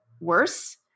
worse